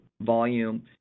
volume